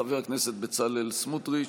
חבר הכנסת בצלאל סמוטריץ',